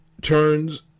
turns